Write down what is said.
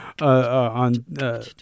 on